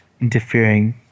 interfering